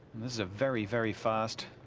this is a very, very fast